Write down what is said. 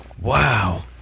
Wow